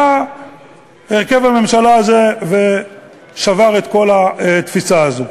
בא הרכב הממשלה הזה ושבר את כל התפיסה הזו.